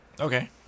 Okay